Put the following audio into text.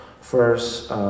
first